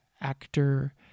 actor